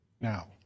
now